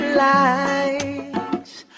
lights